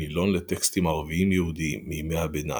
מילון לטקסטים ערביים-יהודיים מימי הביניים,